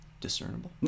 Discernible